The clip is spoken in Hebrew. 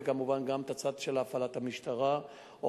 וכמובן גם את הצד של הפעלת המשטרה או